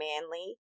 manly